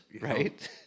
right